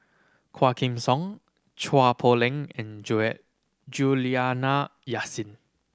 Quah Kim Song Chua Poh Leng and Juliana Yasin